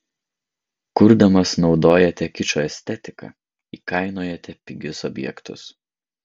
kurdamas naudojate kičo estetiką įkainojate pigius objektus